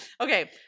Okay